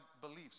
beliefs